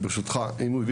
ברשותך אדוני היושב ראש,